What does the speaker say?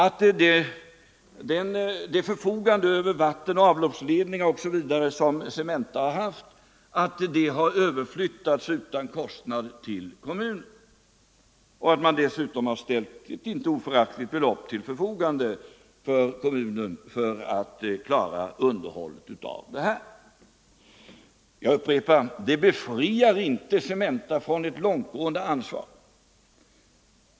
Det förfogande över vattenoch avloppsledningar osv. som Cementa har haft har överflyttats utan kostnad till kommunen. Dessutom har man ställt ett inte föraktligt belopp till förfogande till kommunen för att underhållet skall kunna klaras. Jag upprepar att det inte befriar Cementa från ett långtgående ansvar.